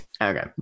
okay